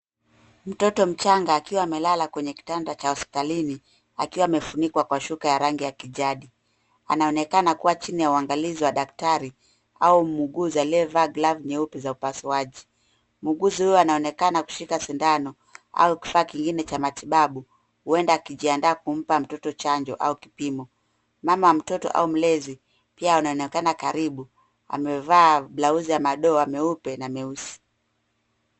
Mtoto mchanga akiwa amelala kwenye kitanda cha hospitalini akiwa amefunikwa na shuka ya rangi ya kijadi. Anaonekana kuwa chini ya uangalizi wa daktari au mwuguzi aliyevaa glavu nyeupe za upasuaji. Mwuguzi huyu anaonekana kushika sindano au kifaa kingine cha matibabu, huenda akijiandaa kumpa mtoto chanjo au kipimo. Mama mtoto au mlezi pia anaonekana karibu, amevaa blausi ya madoa meupe na meusi.